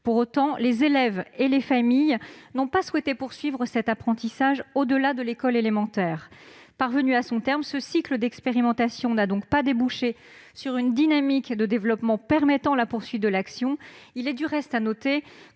d'enseignement. Les élèves et les familles n'ont pas souhaité poursuivre cet apprentissage au-delà de l'école élémentaire. Parvenu à son terme, ce cycle d'expérimentation n'a donc pas débouché sur une dynamique de développement permettant la poursuite de l'action. Il est du reste à noter